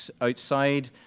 outside